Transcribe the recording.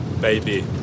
baby